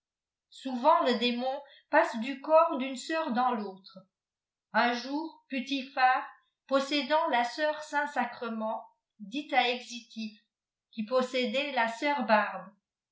souvent le démon passe du corps d'une sœur dans l'autre un joue putipfaar possédant la sœur saint sacrement dit ii excitif pui possédait la